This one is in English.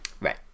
Right